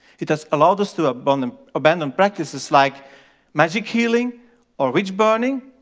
it has allowed us to abandon abandon practices like magic healing or witch burning,